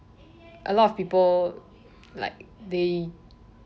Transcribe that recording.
a lot of people like they